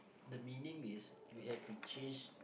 the meaning is we had to change